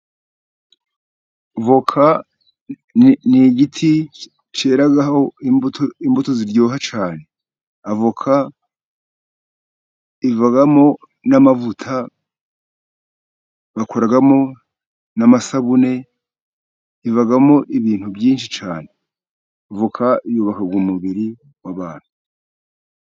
Voka ni igiti cyeraho imbuto imbuto ziryoha cyane, avoka ivamo n'amavuta, bakoramo n'amasabune, ivamo ibintu byinshi cyane, avoka yubaka umubiri w'abantu.